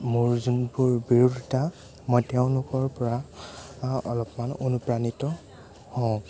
মোৰ যোনবোৰ বিৰোধিতা মই তেওঁলোকৰ পৰা অলপমান অনুপ্ৰাণিত হওঁ